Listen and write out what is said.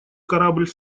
корабль